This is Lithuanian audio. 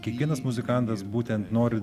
kiekvienas muzikantas būtent nori